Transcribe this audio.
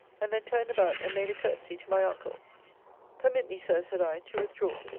and then turned about, and made a courtesy to my uncle permit me, sir, said i, to withdraw.